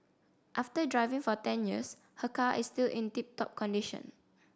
after driving for ten years her car is still in tip top condition